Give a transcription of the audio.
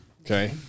okay